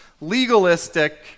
legalistic